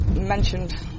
mentioned